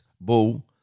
bull